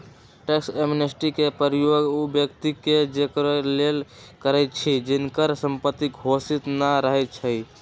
tax amnesty के प्रयोग उ व्यक्ति के जोरेके लेल करइछि जिनकर संपत्ति घोषित न रहै छइ